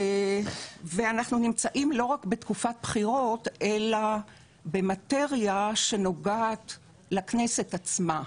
אנחנו נמצאים לא רק בתקופת בחירות אלא במטריה שנוגעת לכנסת עצמה,